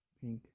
pink